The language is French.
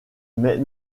mais